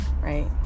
Right